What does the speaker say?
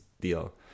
deal